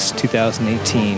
2018